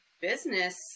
business